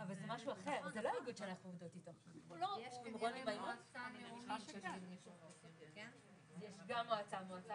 12:55.